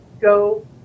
go